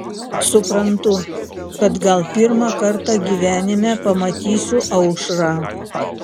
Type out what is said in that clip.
suprantu kad gal pirmą kartą gyvenime pamatysiu aušrą